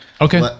Okay